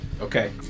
Okay